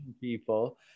people